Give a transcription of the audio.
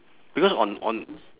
because on on